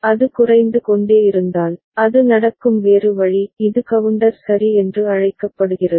அது குறைந்து கொண்டே இருந்தால் அது நடக்கும் வேறு வழி இது கவுண்டர் சரி என்று அழைக்கப்படுகிறது